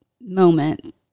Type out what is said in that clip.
moment